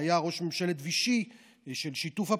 שהיה ראש ממשלת וישי של שיתוף הפעולה,